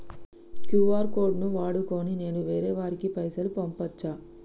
QR code ను వాడుకొని నేను వేరే వారికి పైసలు పంపచ్చా?